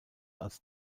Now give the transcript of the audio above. als